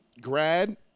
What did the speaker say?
grad